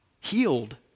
healed